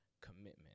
commitment